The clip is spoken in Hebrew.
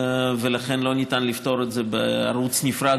ולכן לא ניתן לפתור את זה בערוץ נפרד